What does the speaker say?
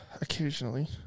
Occasionally